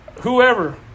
Whoever